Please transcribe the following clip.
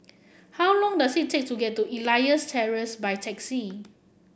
how long does it take to get to Elias Terrace by taxi